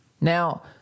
Now